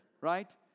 right